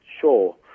Sure